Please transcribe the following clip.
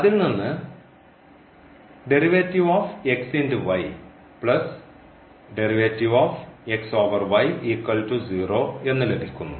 അതിൽനിന്ന് എന്ന് ലഭിക്കുന്നു